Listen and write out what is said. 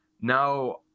now